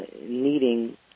needing